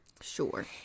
Sure